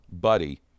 buddy